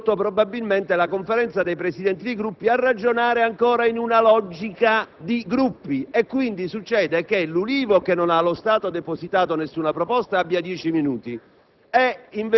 ha indotto probabilmente la Conferenza dei Presidenti dei Gruppi a ragionare ancora in una logica di Gruppi. Quindi, l'Ulivo, che allo stato non ha ancora depositato nessuna proposta, ha dieci minuti